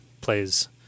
plays